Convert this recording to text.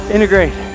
Integrate